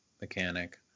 mechanic